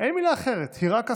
אין מילה אחרת, היא רק הסתרה,